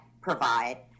provide